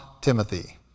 Timothy